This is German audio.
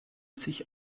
sich